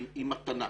היא מתנה,